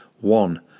one